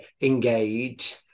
engage